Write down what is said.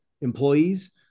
employees